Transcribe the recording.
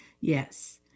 Yes